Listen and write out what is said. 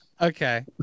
okay